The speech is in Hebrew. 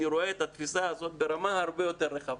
אני רואה את התפיסה הזאת ברמה הרבה יותר רחבה.